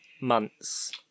Months